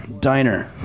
Diner